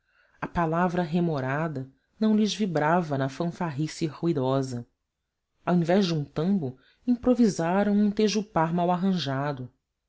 a palavra remorada não lhes vibrava na fanfarrice ruidosa ao invés de um tambo improvisaram um tejupar mal arranjado